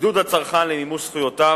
עידוד הצרכן למימוש זכויותיו,